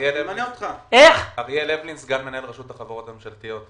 אריאל אבלין סגן מנהל רשות החברות הממשלתיות.